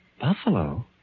Buffalo